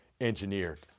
engineered